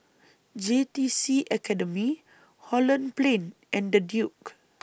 J T C Academy Holland Plain and The Duke